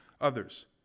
others